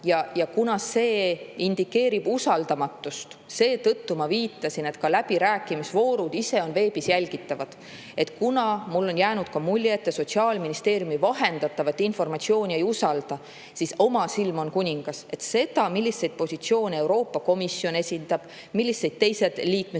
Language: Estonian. Kuna see indikeerib usaldamatust, siis ma viitasin, et läbirääkimisvoorud ise on veebis jälgitavad. Kuna mulle on jäänud ka mulje, et te Sotsiaalministeeriumi vahendatavat informatsiooni ei usalda, siis oma silm on kuningas. Seda, milliseid positsioone Euroopa Komisjon esindab, milliseid teised liikmesriigid